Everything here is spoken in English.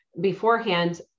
beforehand